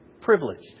Privileged